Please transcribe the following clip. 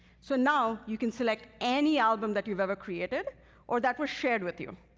so now you can select any album that you've ever created or that was shared with you.